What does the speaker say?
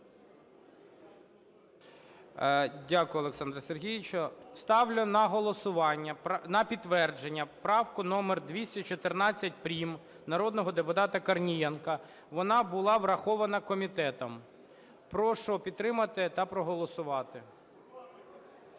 Дякую, Олександре Сергійовичу. Ставлю на голосування на підтвердження правку номер 214 прим. народного депутата Корнієнка. Вона була врахована комітетом. Прошу підтримати та проголосувати.